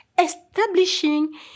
establishing